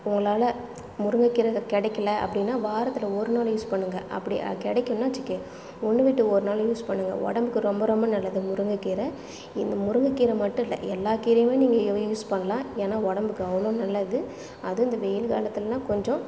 உங்களால் முருங்கைக் கீரை கிடைக்கல அப்படின்னா வாரத்தில் ஒருநாள் யூஸ் பண்ணுங்கள் அப்படி அது கிடைக்கலன்னா வச்சுக்க ஒன்று விட்டு ஒருநாள் யூஸ் பண்ணுங்கள் உடம்புக்கு ரொம்ப ரொம்ப நல்லது முருங்கைக் கீரை இந்த முருங்கைக் கீரை மட்டுமல்ல எல்லா கீரையுமே நீங்கள் யூ யூஸ் பண்ணலாம் ஏன்னால் உடம்புக்கு அவ்வளோ நல்லது அதுவும் இந்த வெயில் காலத்திலலாம் கொஞ்சம்